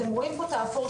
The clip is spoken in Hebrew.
אתם רואים פה את האפור,